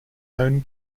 own